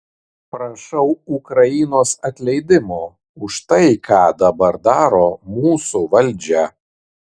prašau ukrainos atleidimo už tai ką dabar daro mūsų valdžią